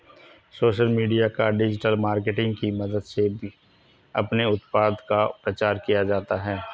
social media या digital marketing की मदद से अपने उत्पाद का प्रचार किया जाता है